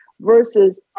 versus